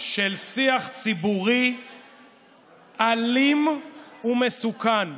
של שיח ציבורי אלים ומסוכן.